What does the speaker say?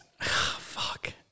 fuck